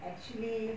actually